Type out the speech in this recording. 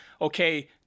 okay